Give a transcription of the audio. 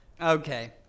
Okay